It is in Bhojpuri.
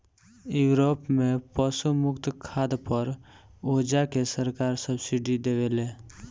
यूरोप में पशु मुक्त खाद पर ओजा के सरकार सब्सिडी देवेले